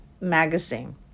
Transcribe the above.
magazine